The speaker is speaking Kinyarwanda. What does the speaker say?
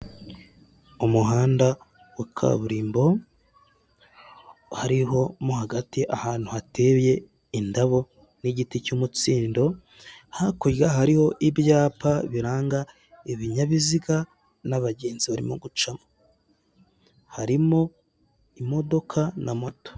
Umuhanda wa kaburimbo, hariho mo hagati ahantu hateye indabo n'igiti cy'umutsindo, hakurya hariho ibyapa biranga ibinyabiziga n'abagenzi barimo gucamo. Harimo imodoka na moto.